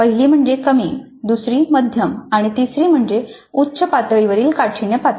पहिली म्हणजे कमी दुसरी मध्यम आणि तिसरी म्हणजे उच्च पातळीवरील काठीण्य पातळी